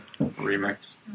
remix